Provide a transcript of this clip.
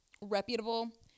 reputable